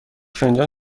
فنجان